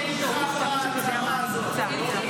אני יודע, אומרים, לא ממך באה ההצהרה הזאת.